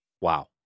Wow